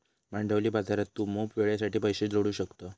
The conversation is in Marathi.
भांडवली बाजारात तू मोप वेळेसाठी पैशे जोडू शकतं